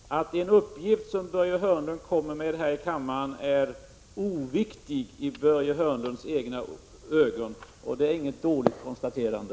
Herr talman! Vi fick nu höra av Börje Hörnlund själv att en uppgift som Börje Hörnlund kommer med här i kammaren är oviktig enligt Börje Hörnlunds egen uppfattning, och det är inget dåligt konstaterande.